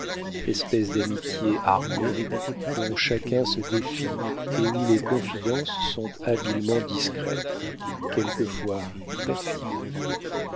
espèce d'amitié armée dont chacun se défie et où les confidences sont habilement discrètes quelquefois perfides